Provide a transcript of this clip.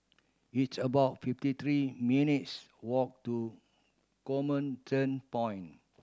it's about fifty three minutes' walk to Comment Point